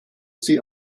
sie